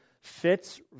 fits